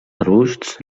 arbusts